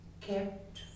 kept